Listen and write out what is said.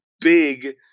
big